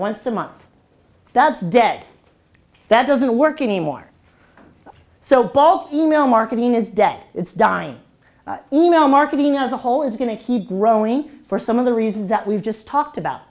once a month that's dead that doesn't work anymore so both email marketing is dead it's dying e mail marketing as a whole is going to heat growing for some of the reasons that we've just talked about